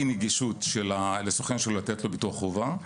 אי נגישות לסוכן לתת ביטוח חובה.